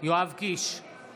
יואב קיש, בעד